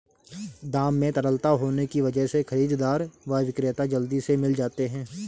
दाम में तरलता होने की वजह से खरीददार व विक्रेता जल्दी से मिल जाते है